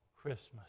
Christmas